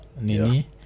nini